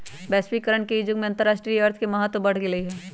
वैश्वीकरण के इ जुग में अंतरराष्ट्रीय अर्थ के महत्व बढ़ गेल हइ